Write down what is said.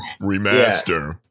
remaster